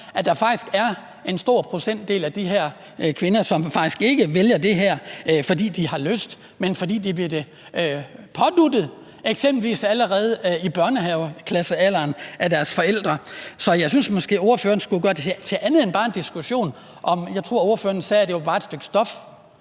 at der faktisk er en stor procentdel af de her kvinder, som faktisk ikke vælger det her, fordi de har lyst, men fordi de bliver det påduttet, eksempelvis allerede i børnehaveklassealderen af deres forældre. Så jeg synes måske, at ordføreren skulle gøre det her til andet end bare en diskussion om et stykke stof. Jeg tror, ordføreren sagde, at det bare var et stykke stof.